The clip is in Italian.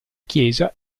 chiesa